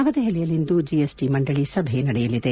ನವದೆಹಲಿಯಲ್ಲಿಂದು ಜಿಎಸ್ಟಿ ಮಂಡಳಿ ಸಭೆ ನಡೆಯಲಿದೆ